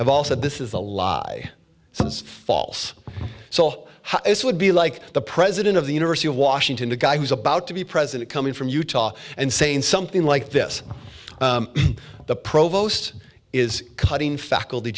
have all said this is a lie seems false so how it would be like the president of the university of washington the guy who's about to be president coming from utah and saying something like this the provost is cutting faculty